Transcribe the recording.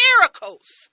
miracles